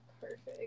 perfect